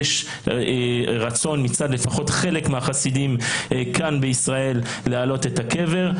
יש רצון מצד לפחות חלק מהחסידים כאן בישראל להעלות את הקבר,